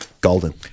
golden